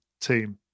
team